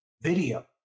video